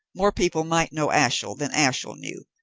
more people might know ashiel than ashiel knew,